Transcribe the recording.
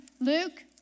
Luke